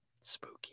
Spooky